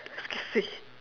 excuse me